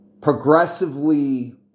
progressively